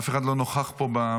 אף אחד לא נוכח פה במליאה,